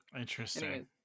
interesting